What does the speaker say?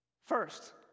First